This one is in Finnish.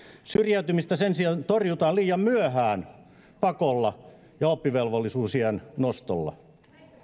syrjäytymistä sen sijaan torjutaan liian myöhään pakolla ja oppivelvollisuusiän nostolla